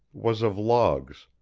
was of logs.